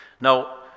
Now